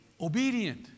obedient